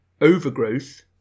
Overgrowth